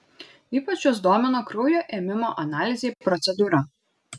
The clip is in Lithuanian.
ypač juos domino kraujo ėmimo analizei procedūra